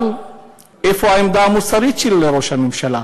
אבל איפה העמדה המוסרית של ראש הממשלה?